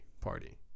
party